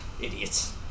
idiots